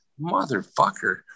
motherfucker